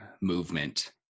movement